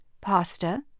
Pasta